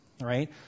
right